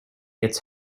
it’s